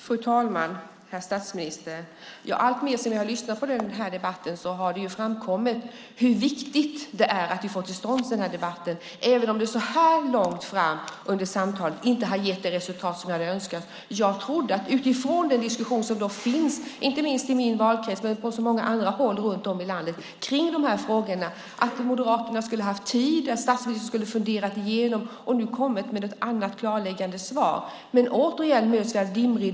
Fru talman och herr statsminister! Ju mer jag lyssnar på debatten, desto mer framkommer det hur viktigt det är att vi har fått till stånd en sådan här debatt - även om det så här långt inte har gett det resultat jag hade önskat. Utifrån den diskussion som finns i dessa frågor, inte minst i min valkrets men också på många andra håll runt om i landet, trodde jag att Moderaterna och statsministern skulle ha haft tid att fundera igenom detta och kommit med ett annat, klargörande svar. Återigen möts vi dock av dimridåer.